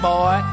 Boy